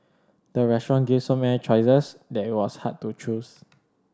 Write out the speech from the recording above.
the restaurant gave so many choices that it was hard to choose